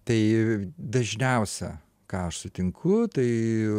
tai dažniausia ką aš sutinku tai